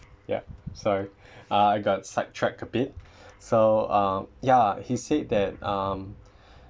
yup sorry I got side tracked a bit so uh ya he said that um